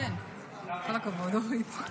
כל הכבוד, אורית.